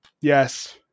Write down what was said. yes